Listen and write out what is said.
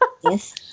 Yes